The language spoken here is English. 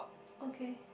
okay